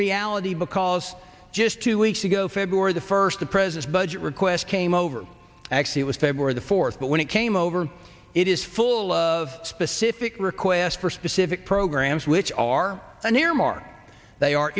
reality because just two weeks ago february the first the present budget request came over actually it was february the fourth but when it came over it is full of specific requests for specific programs which are a